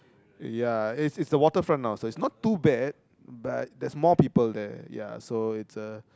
ya it's it's the waterfront now so it's not too bad but there's more people there ya so it's uh